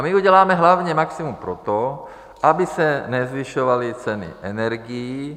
My uděláme hlavně maximum pro to, aby se nezvyšovaly ceny energií.